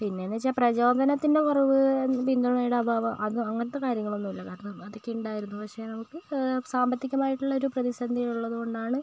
പിന്നെ എന്ന് വെച്ചാൽ പ്രചോദനത്തിൻ്റെ കുറവ് പിന്തുണയുടെ അഭാവം അത് അങ്ങനത്തെ കാര്യങ്ങളൊന്നും ഇല്ല കാരണം അതൊക്കെ ഉണ്ടായിരുന്നു പക്ഷെ നമുക്ക് സാമ്പത്തികമായിട്ടുള്ള ഒരു പ്രതിസന്ധി ഉള്ളത് കൊണ്ടാണ്